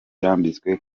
yambitswe